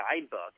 guidebook